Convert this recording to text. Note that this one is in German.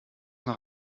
nach